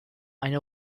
eine